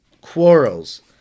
quarrels